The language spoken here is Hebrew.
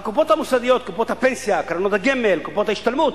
קופות הפנסיה, קרנות הגמל, קופות ההשתלמות.